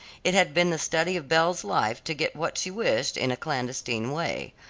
it had been the study of belle's life to get what she wished in a clandestine way.